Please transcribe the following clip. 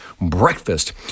breakfast